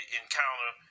encounter